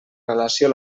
relació